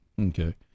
Okay